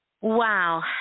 Wow